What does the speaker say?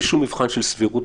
שנכנסים בסעיפים שמנינו מקודם,